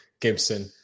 Gibson